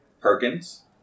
Perkins